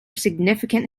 significant